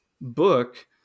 book